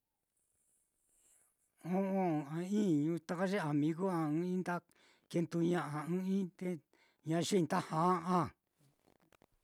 O'on a iñu taka ye amigu á ɨ́ɨ́n ɨ́ɨ́n-i nda kenduña'a ɨ́ɨ́n ɨ́ɨ́n-i te ñayoi nda ja'a.